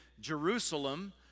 Jerusalem